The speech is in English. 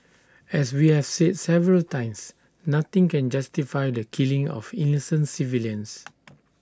as we have said several times nothing can justify the killing of innocent civilians